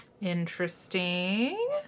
Interesting